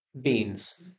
beans